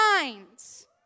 minds